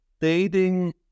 dating